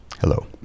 hello